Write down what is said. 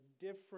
different